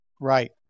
Right